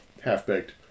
half-baked